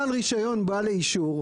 בעל רישיון בא לאישור,